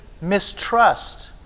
mistrust